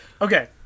okay